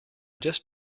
just